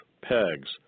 pegs